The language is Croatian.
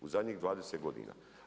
U zadnjih 20 godina.